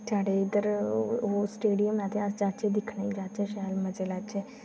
साढ़ै इद्धओह् स्टेडियम ऐ ते अस जाचै दिक्खने गी जाह्चै शैल मजे लैचै